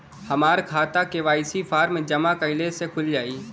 हमार खाता KYC form जमा कइले से खुल जाई?